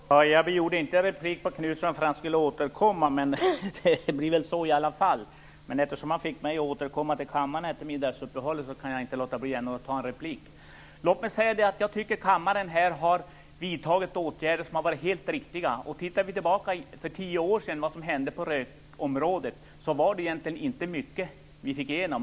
Fru talman! Jag begärde inte replik på Göthe Knutson för att han skulle återkomma, men det blir väl så i alla fall. Eftersom Göthe Knutson fick mig att återkomma till kammaren efter middagsuppehållet kan jag inte låta bli att ta en replik. Jag tycker att kammaren har vidtagit åtgärder som har varit helt riktiga. Om vi ser tillbaka på vad som hände på rökområdet för tio år sedan, var det inte mycket vi fick igenom.